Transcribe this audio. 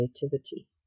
creativity